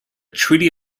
treaty